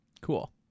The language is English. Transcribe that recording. Cool